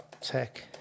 tech